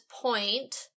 point